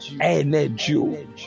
Energy